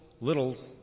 littles